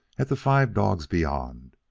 at the five dogs beyond,